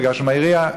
ביקשנו מהעירייה,